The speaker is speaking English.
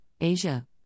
Asia